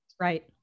Right